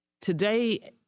today